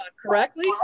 correctly